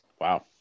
wow